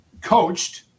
coached